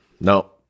no